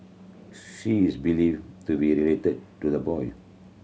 she is believed to be related to the boy